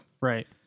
Right